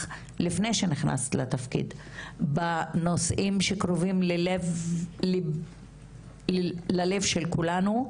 לפני שנכנסת לתפקיד בנושאים שקרובים ללב של כולנו,